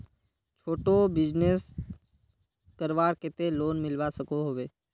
छोटो बिजनेस करवार केते लोन मिलवा सकोहो होबे?